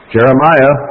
Jeremiah